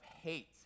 hate